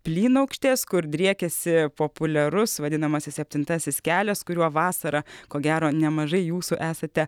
plynaukštės kur driekiasi populiarus vadinamasis septintasis kelias kuriuo vasarą ko gero nemažai jūsų esate